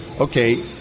okay